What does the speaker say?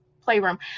playroom